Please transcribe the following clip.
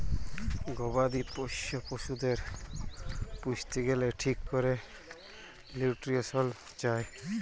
গবাদি পশ্য পশুদের পুইসতে গ্যালে ঠিক ক্যরে লিউট্রিশল চায়